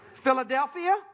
Philadelphia